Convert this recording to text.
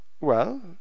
Well